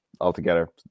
Altogether